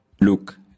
Look